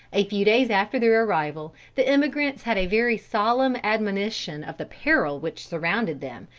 a few days after their arrival, the emigrants had a very solemn admonition of the peril which surrounded them,